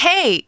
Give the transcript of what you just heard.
Hey